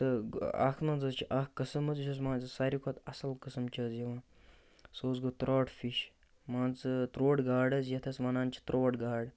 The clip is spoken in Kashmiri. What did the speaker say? تہٕ اَکھ مَنٛز حظ چھِ اَکھ قٕسٕم حظ یُس حظ مان ژٕ ساروی کھۄتہٕ اَصٕل قٕسٕم چھِ حظ یِوان سُہ حظ گوٚو ترٛوٹ فِش مان ژٕ ترٛوٹ گاڈ حظ یَتھ أسۍ وَنان چھِ ترٛوٹ گاڈ